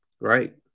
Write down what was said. right